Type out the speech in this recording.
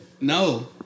No